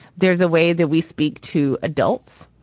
there is a way that we speak to adults.